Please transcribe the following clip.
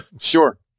Sure